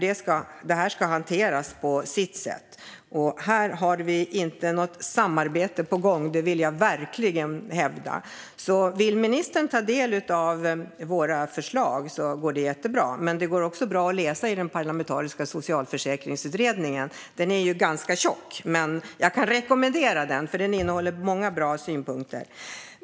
Detta ska hanteras på sitt sätt, och här har vi inte något samarbete på gång. Det vill jag verkligen hävda. Vill ministern ta del av våra förslag går det jättebra. Det går också bra att läsa den parlamentariska socialförsäkringsutredningens betänkande. Det är ju ganska tjockt, men jag kan rekommendera det, för det innehåller många bra synpunkter.